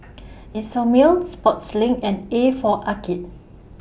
Isomil Sportslink and A For Arcade